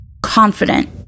Confident